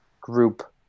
group